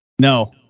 No